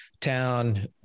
town